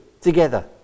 together